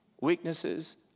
weaknesses